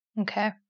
Okay